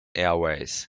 airways